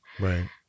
Right